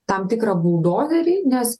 tam tikrą buldozerį nes